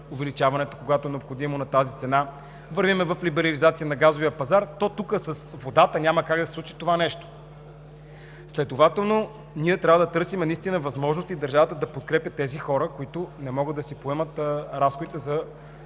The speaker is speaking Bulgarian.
увеличаването, когато е необходимо, на тази цена, вървим на либерализация на газовия пазар, то тук с водата няма как да се случи това нещо. Следователно ние трябва да търсим възможности държавата да подкрепя тези хора, които не могат да си поемат разходите за